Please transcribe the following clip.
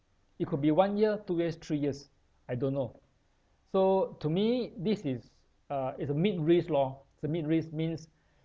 it could be one year two years three years I don't know so to me this is uh it's a mid risk lor it's a mid risk means